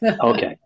Okay